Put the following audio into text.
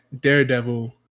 Daredevil